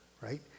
right